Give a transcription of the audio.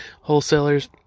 wholesalers